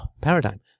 paradigm